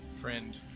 friend